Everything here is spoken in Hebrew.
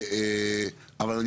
אבל,